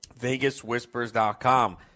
VegasWhispers.com